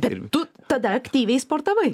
bet tu tada aktyviai sportavai